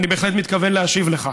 ואני בהחלט מתכוון להשיב לך.